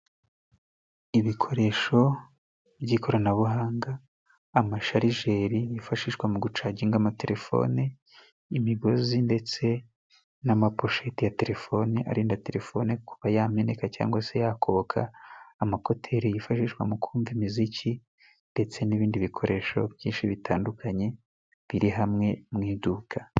Ibikoresho by'ikoranabuhanga, amasharijeri bifashishwa mu gucaginga amatelefone, imigozi ndetse n'amaposhete ya telefoni arinda telefone kuba yameneka cyangwa se yakoboka, amakuteli yifashishwa mu kumva imiziki, ndetse n'ibindi bikoresho byinshi bitandukanye biri hamwe mu iduka.